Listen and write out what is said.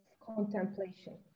contemplation